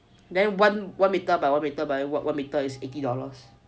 then one one meter one metere by one meter is eighty dollars